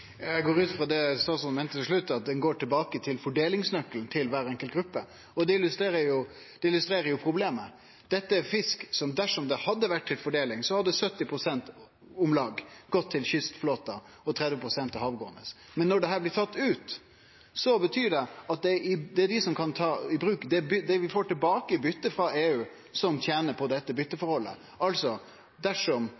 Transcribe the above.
Eg går ut i frå at det som statsråden meinte til slutt, var at det går tilbake til fordelingsnøkkelen til kvar enkelt gruppe. Det illustrerer jo problemet. Dette er fisk der, dersom han hadde vore til fordeling, om lag 70 pst. hadde gått til kystflåten og 30 pst. til havgåande flåte. Men når dette blir tatt ut, betyr det at det er dei som kan ta i bruk det vi får tilbake i bytet med EU, som tener på dette